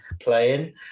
playing